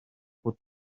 bod